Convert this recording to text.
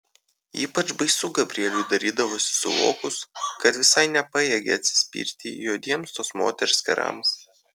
ypač baisu gabrieliui darydavosi suvokus kad visai nepajėgia atsispirti juodiems tos moters kerams